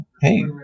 hey